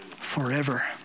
forever